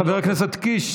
חבר הכנסת קיש,